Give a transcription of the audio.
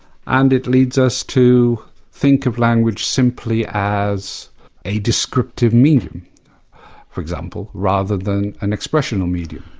and it leads us to think of language simply as a descriptive medium for example, rather than an expressional medium,